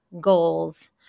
goals